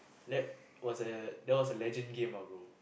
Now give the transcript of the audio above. that was a that was a legend game ah brother